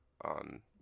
on